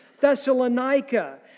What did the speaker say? Thessalonica